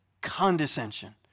condescension